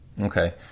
Okay